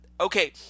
Okay